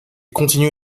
continue